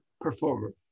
performer